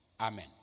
Amen